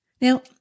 Now